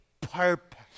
purpose